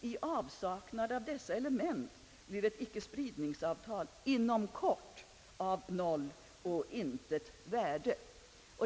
I avsaknad av dessa element blir ett icke-spridningsavtal inom kort av noll och intet värde».